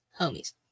homies